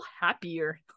happier